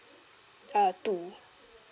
uh two